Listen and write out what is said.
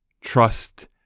trust